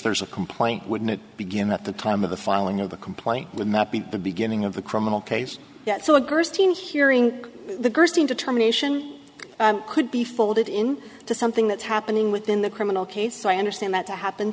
there's a complaint wouldn't it begin at the time of the filing of the complaint would not be the beginning of the criminal case yet so agrees to hearing the gerstein determination could be folded in to something that's happening within the criminal case so i understand that to happen